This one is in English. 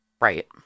Right